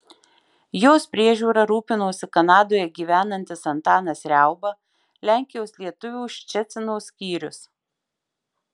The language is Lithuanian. jos priežiūra rūpinosi kanadoje gyvenantis antanas riauba lenkijos lietuvių ščecino skyrius